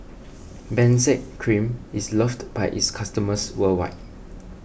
Benzac Cream is loved by its customers worldwide